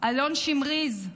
אלון שמריז,